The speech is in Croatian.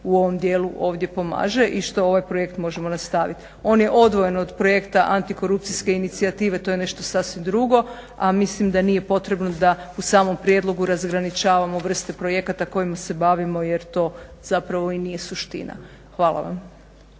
u ovom dijelu ovdje pomaže i što ovaj projekt možemo nastaviti. On je odvojen od projekta antikorupcijske inicijative, to je nešto sasvim drugo. A mislim da nije potrebno da u samom prijedlogu razgraničavamo vrste projekata kojima se bavimo jer to zapravo i nije suština. Hvala vam.